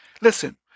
Listen